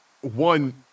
one